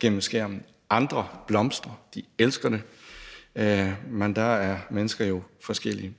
gennem skærmen. Der er andre, der blomstrer, og som elsker det. Men der er mennesker jo forskellige.